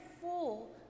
full